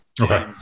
Okay